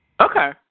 Okay